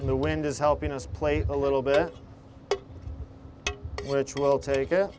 and the wind is helping us play a little bit which will take it